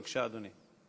בבקשה, אדוני.